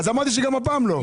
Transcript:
אז אמרתי שגם הפעם לא.